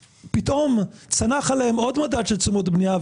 פתאום צנח עליהם עוד מדד של תשומות בנייה,